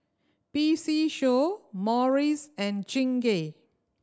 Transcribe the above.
P C Show Morries and Chingay